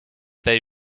they